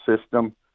system